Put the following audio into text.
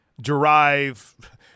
derive –